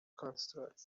constructed